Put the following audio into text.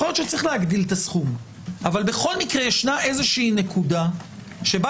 יכול להיות שצריך להגדיל את הסכום אבל ישנה נקודה שבה